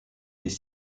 des